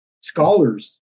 scholars